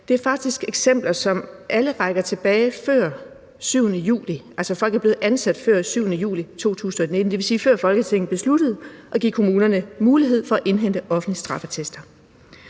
af, faktisk er eksempler, som alle rækker tilbage til før den 7. juli – altså, det er folk, der er blevet ansat før den 7. juli 2019, dvs. før Folketinget besluttede at give kommunerne mulighed for at indhente offentlige straffeattester.